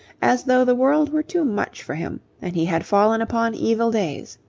as though the world were too much for him and he had fallen upon evil days.